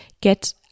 get